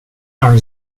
are